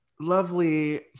lovely